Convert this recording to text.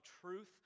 truth